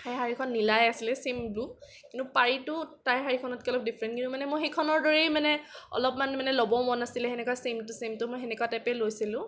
সেই শাড়ীখন নীলাই আছিলে ছেইম ব্লু কিন্তু পাৰীটো তাই শাড়ীখনতকৈ অলপ ডিফৰেণ্ট কিন্তু মানে মোৰ সেইখনৰ দৰেই মানে অলপমান ল'ব মন আছিলে সেনেকুৱা ছেইম টু ছেইম তো মই সেনেকুৱা টাইপেই লৈছিলোঁ